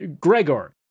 Gregor